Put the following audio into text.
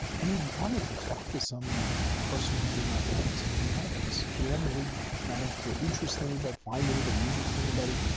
and he'd wanted to talk to some person who knew mathematics and genetics, but he hadn't really managed to interest and anybody but find anybody, interest anybody.